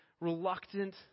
reluctant